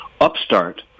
upstart